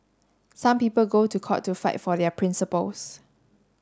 some people go to court to fight for their principles